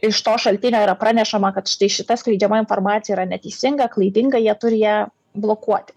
iš to šaltinio yra pranešama kad štai šita skleidžiama informacija yra neteisinga klaidinga jie turi ją blokuoti